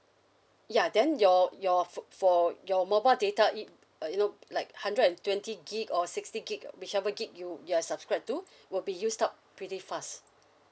ya then your your for for your mobile data it uh you know like hundred and twenty gigabyte or sixty gigabyte uh whichever gigabyte you you are subscribed to will be used up pretty fast